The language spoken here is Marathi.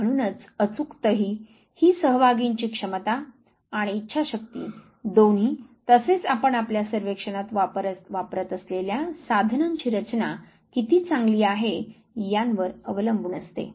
आणि म्हणूनच अचूकतही ही सहभागींची क्षमता आणि इच्छाशक्ति दोन्ही तसेच आपण आपल्या सर्वेक्षणात वापरत असलेल्या साधनांची रचना किती चांगली आहे यावर अवलंबून असते